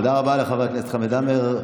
תודה רבה לחבר הכנסת חמד עמאר.